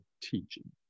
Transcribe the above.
teaching